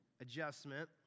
adjustment